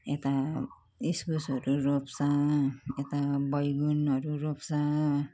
यता इस्कुसहरू रोप्छ यता बैगुनहरू रोप्छ